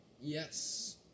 Yes